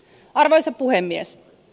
arvoisa puhemies